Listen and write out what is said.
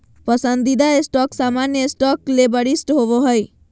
पसंदीदा स्टॉक सामान्य स्टॉक ले वरिष्ठ होबो हइ